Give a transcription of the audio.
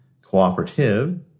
cooperative